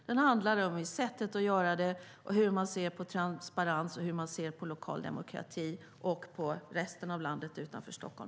Skillnaden ligger i sättet att göra det på, hur vi ser på transparens och lokal demokrati och på övriga Sverige, det utanför Stockholm.